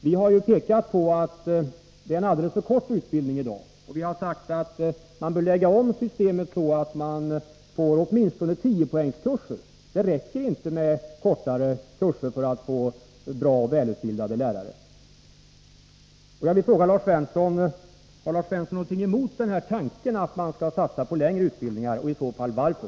Vi har ju pekat på att det är en alldeles för kort utbildning i dag, och vi har sagt att man bör lägga om systemet så att man får åtminstone 10-poängskurser. Det räcker inte med kortare kurser för att få bra och välutbildade lärare. Har Lars Svensson någonting emot tanken att man skall satsa på längre utbildningar och i så fall varför?